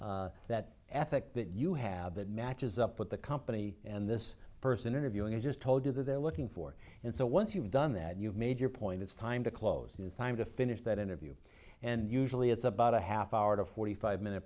capabilities that ethic that you have that matches up with the company and this person interviewing you just told you that they're looking for and so once you've done that you've made your point it's time to close it it's time to finish that interview and usually it's about a half hour to forty five minute